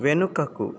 వెనుకకు